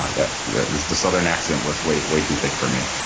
um but the the southern accent was way way too thick for me,